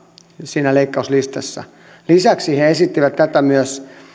siinä leikkauslistassa lisäksi he esittivät tätä myös